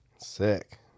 sick